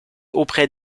auprès